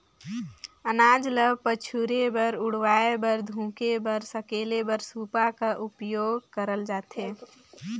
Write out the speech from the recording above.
अनाज ल पछुरे बर, उड़वाए बर, धुके बर, सकेले बर सूपा का उपियोग करल जाथे